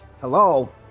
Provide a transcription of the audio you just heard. Hello